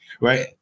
right